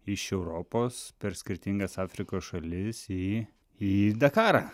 iš europos per skirtingas afrikos šalis į į dakarą